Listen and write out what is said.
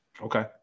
Okay